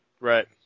Right